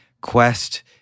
quest